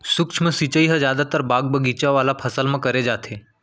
सूक्ष्म सिंचई ह जादातर बाग बगीचा वाला फसल म करे जाथे